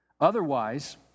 Otherwise